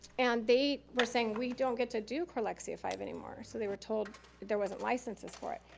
and they were saying we don't get to do core lexia five anymore, so they were told there wasn't licenses for it.